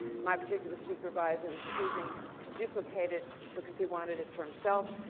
my particular supervisor was chooseing to duplicate it because he wanted it for himself.